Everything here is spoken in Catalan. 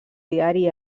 diari